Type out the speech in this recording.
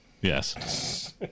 Yes